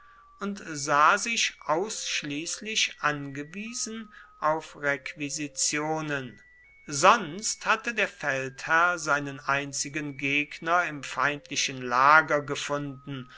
und sah sich ausschließlich angewiesen auf requisitionen sonst hatte der feldherr seinen einzigen gegner im feindlichen lager gefunden